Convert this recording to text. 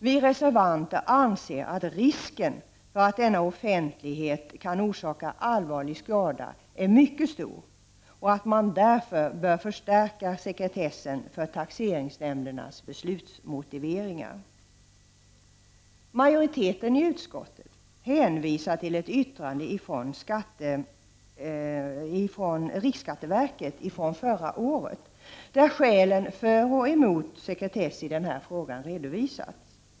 Vi reservanter anser att risken för att denna offentlighet kan orsaka allvarlig skada är mycket stor och att man därför bör förstärka sekretessen för taxeringsnämndernas beslutsmotiveringar. Majoriteten i utskottet hänvisar till ett yttrande av riksskatteverket från förra året, där skälen för och emot sekretess i denna fråga redovisas.